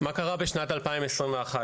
מה קרה בשנת 2021?